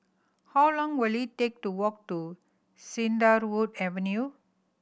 how long will it take to walk to Cedarwood Avenue